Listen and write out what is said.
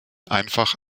einfach